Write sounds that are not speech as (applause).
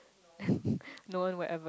(laughs) no one will ever